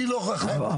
חיים,